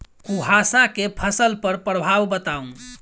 कुहासा केँ फसल पर प्रभाव बताउ?